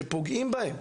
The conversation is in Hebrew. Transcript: שפוגעים בהם?